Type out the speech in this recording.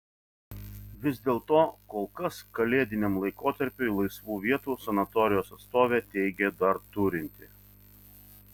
vis dėlto kol kas kalėdiniam laikotarpiui laisvų vietų sanatorijos atstovė teigė dar turinti